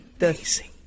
amazing